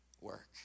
work